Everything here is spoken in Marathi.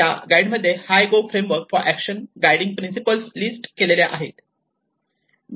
त्या गाईड मध्ये Hyogo framework for action guiding principles list केल्या आहे